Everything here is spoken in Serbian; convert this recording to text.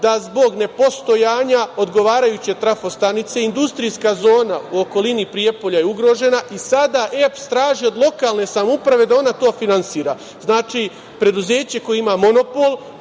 da zbog nepostojanja odgovarajuće trafo stranice, industrijska zona u okolini Prijepolja je ugrožena i sada EPS traži od lokalne samouprave da ona to finansira. Znači, preduzeće koje ima monopol,